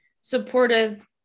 supportive